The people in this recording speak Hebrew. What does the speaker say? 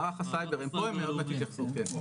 מערך הסייבר, הם פה, הם עוד מעט יתייחסו, כן.